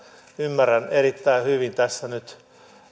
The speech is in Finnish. ymmärrän erittäin hyvin tässä nyt